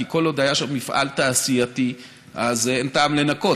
כי כל עוד היה שם מפעל תעשייתי אז אין טעם לנקות.